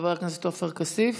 חבר הכנסת עופר כסיף.